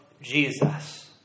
Jesus